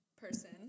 person